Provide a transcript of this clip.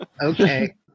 Okay